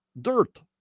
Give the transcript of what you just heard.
dirt